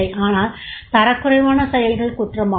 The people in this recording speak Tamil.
ஆனால் தரக்குறைவான செயல்கள் குற்றமாகும்